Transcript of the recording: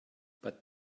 but